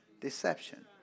Deception